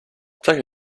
take